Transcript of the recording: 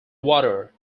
water